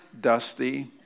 dusty